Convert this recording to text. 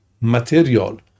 material